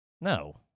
No